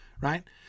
right